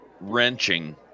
wrenching